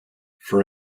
for